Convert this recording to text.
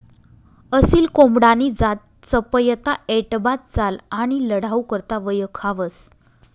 असील कोंबडानी जात चपयता, ऐटबाज चाल आणि लढाऊ करता वयखावंस